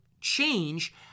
change